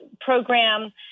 program